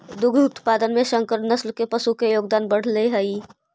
दुग्ध उत्पादन में संकर नस्ल के पशु के योगदान बढ़ले हइ